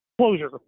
Closure